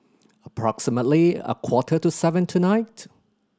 approximately a quarter to seven tonight